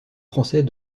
français